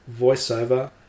voiceover